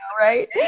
right